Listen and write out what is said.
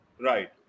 Right